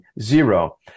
zero